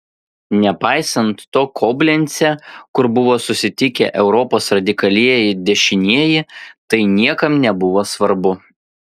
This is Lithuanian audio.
nepaisant to koblence kur buvo susitikę europos radikalieji dešinieji tai niekam nebuvo svarbu